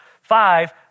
Five